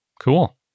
Cool